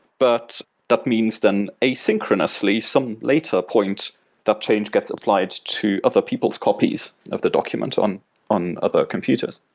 but that means then asynchronously some later point that change gets applied to other people's copies of the document on on other computers.